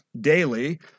daily